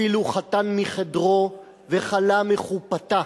אפילו חתן מחדרו וכלה מחופתה.